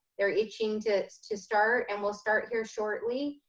they're itching to to start and will start here shortly.